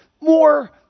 more